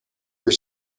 your